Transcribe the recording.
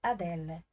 Adele